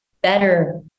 better